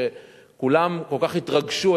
שכולם כל כך התרגשו,